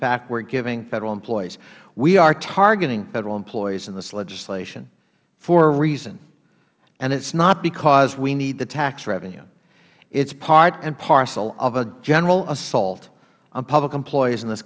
fact we are giving federal employees we are targeting federal employees in this legislation for a reason it is not because we need the tax revenue it is part and parcel of a general assault on public employees in this